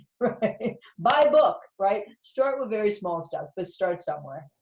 buy book, right? start with very small stuff, but start somewhere.